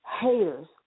Haters